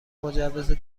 مجوز